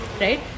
right